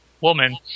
woman